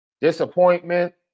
disappointment